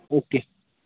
okay